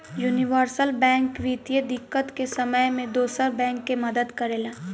universal bank वित्तीय दिक्कत के समय में दोसर बैंक के मदद करेला